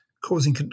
Causing